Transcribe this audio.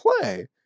play